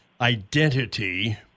identity